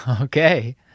Okay